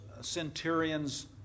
centurion's